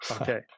okay